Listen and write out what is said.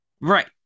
Right